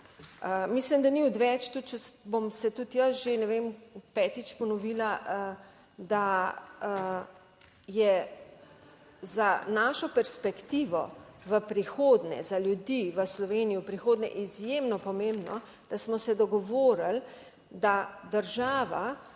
Mislim, da ni odveč, tudi če bom se tudi jaz že, ne vem, petič ponovila, da je za našo perspektivo v prihodnje, za ljudi v Sloveniji v prihodnje izjemno pomembno, da smo se dogovorili, da država